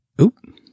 Oop